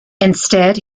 instead